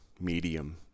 medium